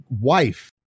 wife